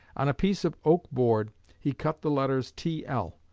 on a piece of oak board he cut the letters t l.